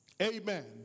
amen